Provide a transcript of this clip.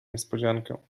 niespodziankę